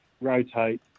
rotate